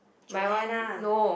Johanna